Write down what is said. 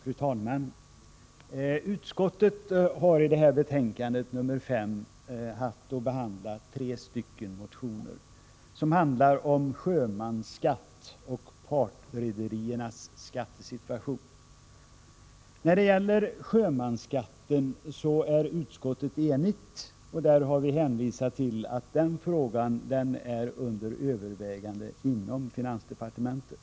Fru talman! Utskottet har i betänkande nr 5 haft att behandla tre motioner, som handlar om sjömansskatt och om partrederiernas skattesituation. När det gäller sjömansskatten är utskottet enigt, och där har vi hänvisat till att frågan är under övervägande inom finansdepartementet.